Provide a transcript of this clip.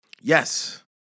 Yes